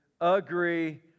agree